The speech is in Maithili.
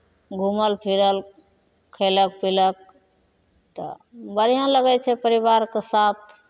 घूमल फिरल खयलक पीलक तऽ बढ़िआँ लगै छै परिवारके साथ